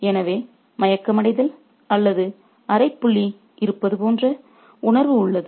எனவே மயக்கமடைதல் அல்லது அரைப்புள்ளி இருப்பது போன்ற உணர்வு உள்ளது